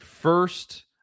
first